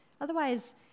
otherwise